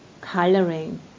coloring